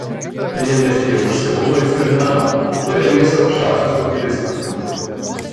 priemiestyje už seulo jis turi namą ir rengiasi aukščiausios kokybės kostiumais